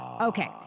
Okay